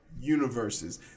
universes